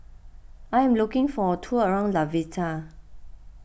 I am looking for a tour around Latvia